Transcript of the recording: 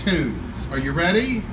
two are you ready